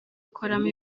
akoramo